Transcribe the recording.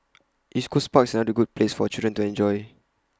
East Coast park is another good place for children to enjoy